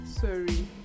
sorry